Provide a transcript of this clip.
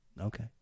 Okay